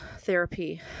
therapy